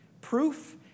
Proof